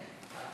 20